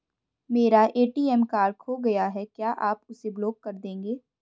मेरा ATM card खो गया है क्या आप उसे ब्लॉक कर देंगे?